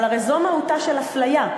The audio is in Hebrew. אבל הרי זו מהותה של הפליה.